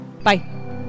Bye